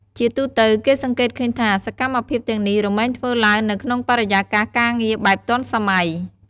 ជាទូទៅគេសង្កេតឃើញថាសកម្មភាពទាំងនេះរមែងធ្វើឡើងនៅក្នុងបរិយាកាសការងារបែបទាន់សម័យ។